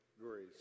grace